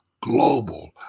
global